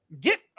Get